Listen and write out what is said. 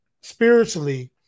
spiritually